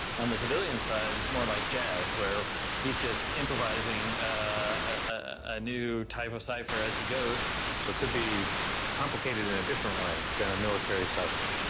on the civilian side, it's more like jazz, where he's just improvising a new type of cipher as he goes. so it could be complicated in a different way than a military cipher,